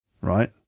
Right